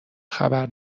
خبر